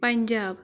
Punjab